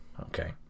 Okay